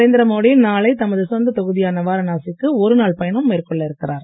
நரேந்திர மோடி நாளை தமது சொந்தத் தொகுதியான வாரணாசி க்கு ஒருநாள் பயணம் மேற்கொள்ள இருக்கிறார்